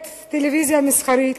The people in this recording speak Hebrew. את הטלוויזיה המסחרית,